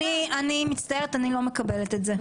אני מצטערת, אני לא מקבלת את זה.